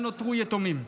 שבה נותרו יתומים.